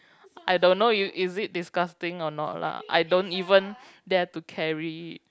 I don't know is is it disgusting a lot lah I don't even dare to carry